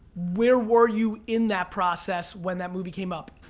where were you in that process when that movie came up?